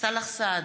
סאלח סעד,